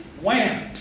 wham